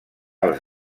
els